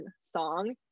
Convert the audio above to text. song